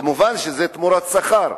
כמובן שזה תמורת שכר.